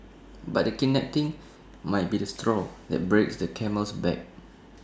but the kidnapping might be the straw that breaks the camel's back